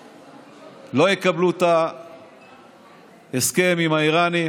שהאמריקאים לא יקבלו את ההסכם עם האיראנים,